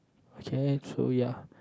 okay so ya